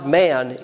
man